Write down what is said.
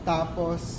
Tapos